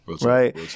Right